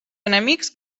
enemics